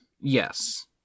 Yes